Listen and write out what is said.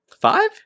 five